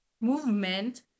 movement